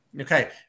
Okay